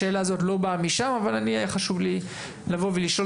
השאלה הזו לא באה משם אבל היה חשוב לי לבוא ולשאול